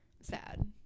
sad